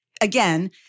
Again